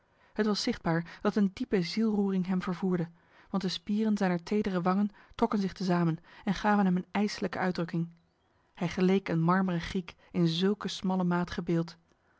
het was zichtbaar dat een diepe zielroering hem vervoerde want de spieren zijner tedere wangen trokken zich te samen en gaven hem een ijslijke uitdrukking hij geleek een marmeren griek in zulke smalle